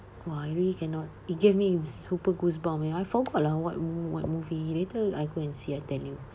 !wah! I really cannot it gave me super goosebumps ya I forgot lah what what movie later I go and see I tell you